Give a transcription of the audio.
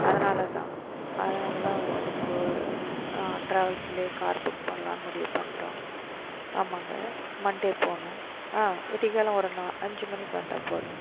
அதனால் தான் அதனால் தான் உங்கள் டிராவல்ஸ்லேயே கார் புக் பண்ணலான்னு முடிவு பண்ணிட்டோம் ஆமாங்க மன்டே போகணும் விடியகாலை ஒரு அஞ்சு மணிக்கு வந்தால் போதும்